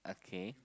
okay